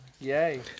Yay